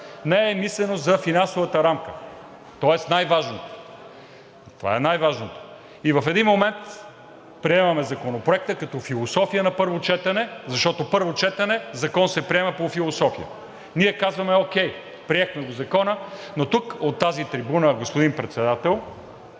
не е мислено за финансовата рамка, тоест най-важното. Това е най-важното! И в един момент приемаме Законопроекта, като философия на първо четене, защото на първо четене закон се приема по философия. Ние казваме окей, приехме го закона, но тук от тази трибуна, господин Председател,